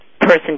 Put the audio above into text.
person